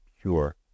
pure